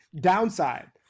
downside